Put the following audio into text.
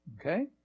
Okay